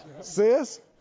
Sis